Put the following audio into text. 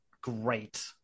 great